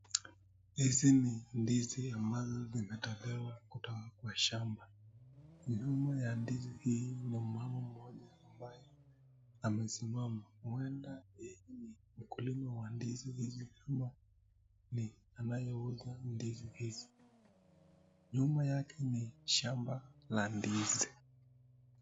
Hizi ni ndizi ambazo zinatolewa kutoka kwa shamba. Nyuma ya ndizi hii ni mama mmoja ambaye amesimama huenda ni mkulima wa ndizi hizi ama ni anayeuza ndizi hizi. Nyuma yake ni shamba ya ndizi.